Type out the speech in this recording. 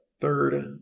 third